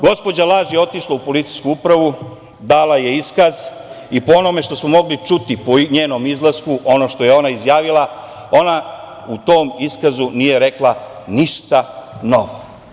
Gospođa laž je otišla u Policijsku upravu, dala je iskaz i po onome što smo mogli čuti po njenom izlasku ono što je ona izjavila, ona u tom iskazu nije rekla ništa novo.